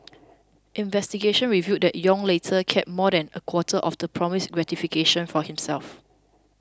investigations revealed that Yong later kept more than a quarter of the promised gratification for himself